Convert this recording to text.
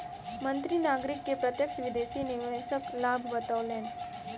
मंत्री नागरिक के प्रत्यक्ष विदेशी निवेशक लाभ बतौलैन